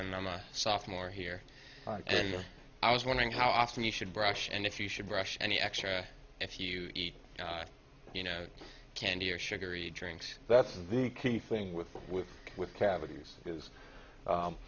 and i'm a sophomore here i was wondering how often you should brush and if you should brush any extra if you eat you know candy or sugary drinks that's the key thing with the with with cavities is